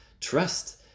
trust